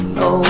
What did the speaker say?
no